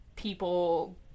people